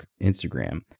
Instagram